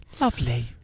Lovely